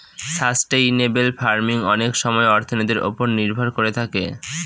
sustainable farming অনেক সময় অর্থনীতির ওপর নির্ভর করে থাকে